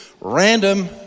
Random